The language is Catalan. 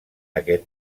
aquest